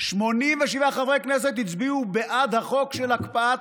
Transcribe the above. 87 חברי כנסת הצביעו בעד החוק של הקפאת